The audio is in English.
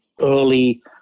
early